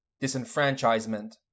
disenfranchisement